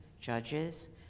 judges